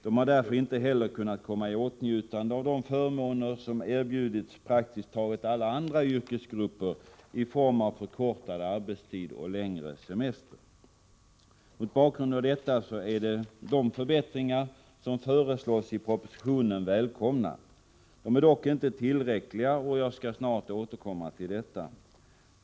De har därför inte heller kunnat komma i åtnjutande av de förmåner som erbjudits praktiskt taget alla andra yrkesgrupper i form av förkortad arbetstid och längre semester. Mot bakgrund av detta är de förbättringar som föreslås i propositionen välkomna. De är dock inte tillräckliga, och jag skall snart återkomma härtill.